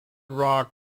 rock